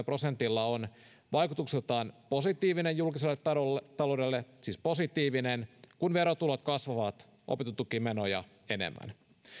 prosentilla on vaikutuksiltaan positiivinen julkiselle taloudelle siis positiivinen kun verotulot kasvavat opintotukimenoja enemmän